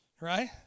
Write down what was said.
Right